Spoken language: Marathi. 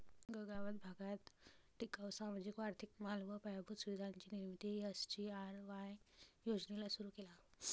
गगावाचा भागात टिकाऊ, सामाजिक व आर्थिक माल व पायाभूत सुविधांची निर्मिती एस.जी.आर.वाय योजनेला सुरु केला